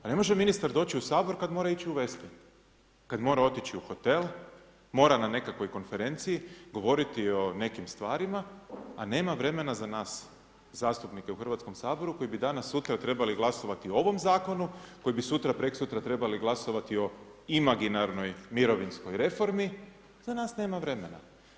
Pa ne može ministar doći u Sabor kada mora otići u Westin, kada mora otići u hotel, mora na nekakvoj konferenciji govoriti o nekim stvarima, a nema vremena za nas zastupnike u Hrvatskom saboru koji bi danas sutra trebali glasovati i ovom zakonu, koji bi sutra, prekosutra trebali glasovati o imaginarnoj mirovinskoj reformi i za nas nema vremena.